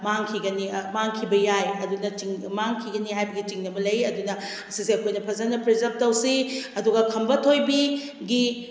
ꯃꯥꯡꯈꯤꯒꯅꯤ ꯃꯥꯡꯈꯤꯕ ꯌꯥꯏ ꯑꯗꯨꯅ ꯃꯥꯡꯈꯤꯒꯅꯤ ꯍꯥꯏꯕꯒꯤ ꯆꯤꯡꯅꯕ ꯂꯩ ꯑꯗꯨꯅ ꯁꯤꯁꯦ ꯑꯩꯈꯣꯏꯅ ꯐꯖꯅ ꯄ꯭ꯔꯤꯖꯥꯕ ꯇꯧꯁꯤ ꯑꯗꯨꯒ ꯈꯝꯕ ꯊꯣꯏꯕꯤꯒꯤ